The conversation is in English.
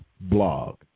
Blog